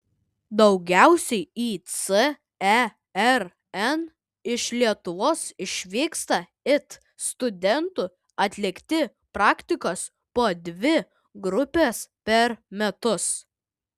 daugiausiai į cern iš lietuvos išvyksta it studentų atlikti praktikos po dvi grupes per metus